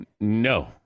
No